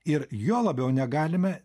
ir juo labiau negalime